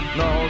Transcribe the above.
no